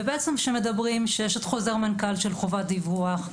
בעצם שמדברים שיש את חוזר מנכ"ל של חובת דיווח,